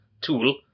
tool